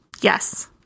Yes